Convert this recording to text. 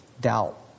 doubt